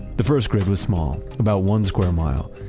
the first grid was small, about one square mile,